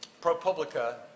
ProPublica